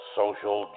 social